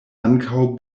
ankaŭ